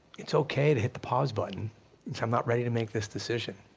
it's okay to hit the pause button, and say i'm not ready to make this decision.